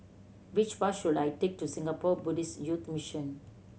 which bus should I take to Singapore Buddhist Youth Mission